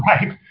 right